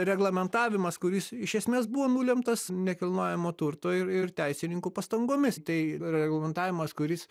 reglamentavimas kuris iš esmės buvo nulemtas nekilnojamo turto ir ir teisininkų pastangomis tai reglamentavimas kuris